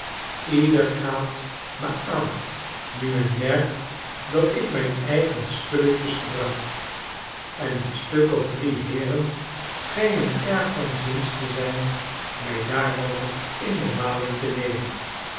ieder gaapt me aan nu men merkt dat ik mijn eigen spulletjes gebruikj en een stuk of drie heeren schijnen erg van zins te zijn mij daarover in de malingte nemen